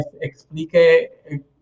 explique